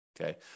okay